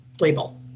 label